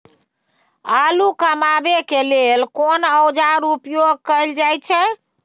आलू कमाबै के लेल कोन औाजार उपयोग कैल जाय छै?